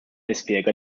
nispjega